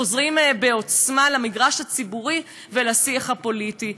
חוזרים בעוצמה למגרש הציבורי ולשיח הפוליטי.